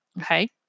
Okay